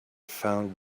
found